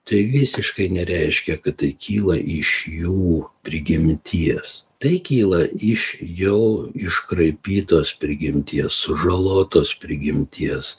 tai visiškai nereiškia kad tai kyla iš jų prigimties tai kyla iš jau iškraipytos prigimties sužalotos prigimties